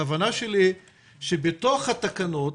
הכוונה שלי היא שבתוך התקנות,